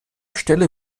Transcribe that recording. stelle